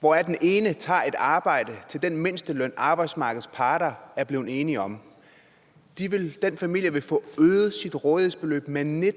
hvor den ene tager et arbejde til den mindsteløn, arbejdsmarkedets parter er blevet enige om, vil få øget sit rådighedsbeløb med